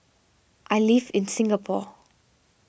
I live in Singapore